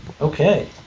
Okay